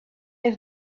have